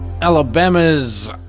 Alabama's